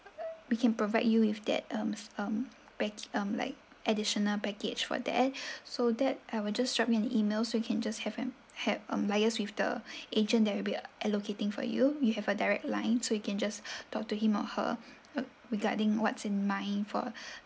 we can provide you with that um um pack um like additional package for that so that I will just drop you an email so you can just have him have um liaise with the agent that'll be uh allocating for you you have a direct line so you can just talk to him or her uh regarding what's in mind for